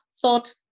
thought